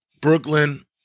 Brooklyn